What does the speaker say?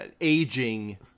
aging